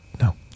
No